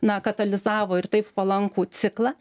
na katalizavo ir taip palankų ciklą